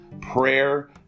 prayer